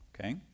Okay